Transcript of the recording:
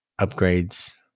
upgrades